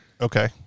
Okay